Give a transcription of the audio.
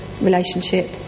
relationship